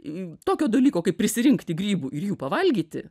tokio dalyko kaip prisirinkti grybų ir jų pavalgyti